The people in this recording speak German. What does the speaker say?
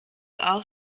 auch